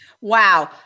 Wow